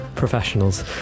Professionals